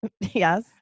Yes